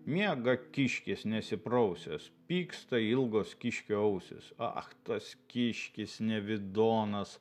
miega kiškis nesiprausęs pyksta ilgos kiškio ausys ach tas kiškis nevidonas